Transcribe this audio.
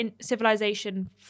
*Civilization